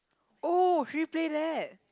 oh should we play that